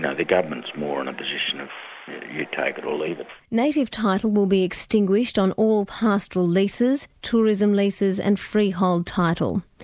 and the government's more in a position of you take it or leave it. native title will be extinguished on all pastoral leases, tourism leases and freehold title.